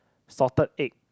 salted egg